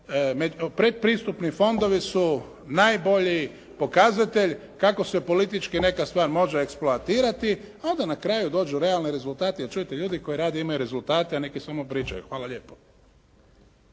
predpristupni fondovi su najbolji pokazatelj kako se politički neka stvar može eksploatirati. Onda na kraju dođu realni rezultati. Čujte, ljudi koji rade imaju rezultate, a neki samo pričaju. Hvala lijepo.